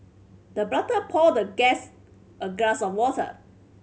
the butler poured the guest a glass of water